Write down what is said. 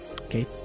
Okay